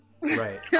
Right